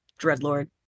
Dreadlord